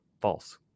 false